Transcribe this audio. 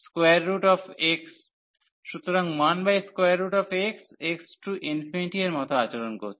সুতরাং 1x x →∞ এর মতো আচরণ করছে